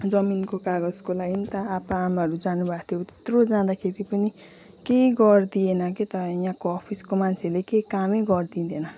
जमिनको कागजको लागि त आप्पा आमाहरू जानुभएको थियो त्यत्रो जाँदाखेरि पनि केही गरिदिएन के त यहाँको अफिसको मान्छेले केही कामै गरिदिँदैन